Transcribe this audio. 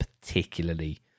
particularly